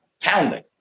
pounding